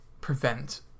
prevent